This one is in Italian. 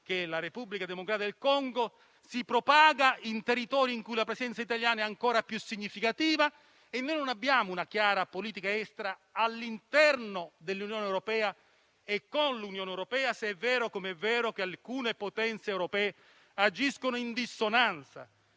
nella Repubblica Democratica del Congo si propaga in territori in cui la presenza italiana è ancora più significativa e non abbiamo una chiara politica estera all'interno dell'Unione europea e con l'Unione europea, se è vero, com'è vero, che alcune potenze europee agiscono in dissonanza